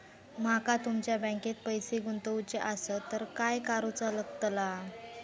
माका तुमच्या बँकेत पैसे गुंतवूचे आसत तर काय कारुचा लगतला?